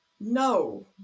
no